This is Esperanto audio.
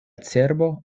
cerbo